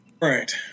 Right